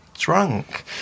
Drunk